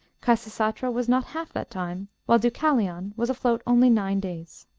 khasisatra was not half that time, while deucalion was afloat only nine days.